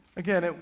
again,